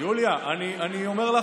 יוליה, אני אומר לך,